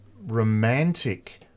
romantic